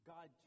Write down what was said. God